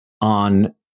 on